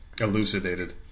Elucidated